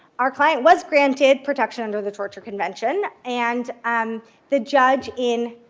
our client was granted protection under the torture convention, and um the judge, in